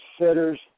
sitters